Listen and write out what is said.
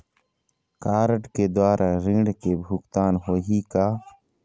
Card के द्वारा ऋण के भुगतान होही का?